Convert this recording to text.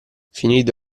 finito